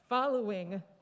following